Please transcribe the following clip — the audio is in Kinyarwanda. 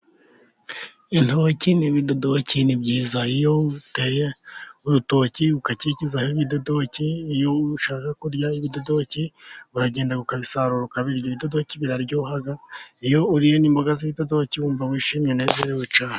Intoki n'ibidodoki ni byiza, iyo uteye urutoki ukakikizaho ibidodoki, iyo ushaka kurya ibidodoki, uragenda ukabisara ukabirya, ibidodoki biraryoha iyo uriye n'imboga z'ibidodoki, wumva wishimye unezerewe cyane.